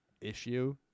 issue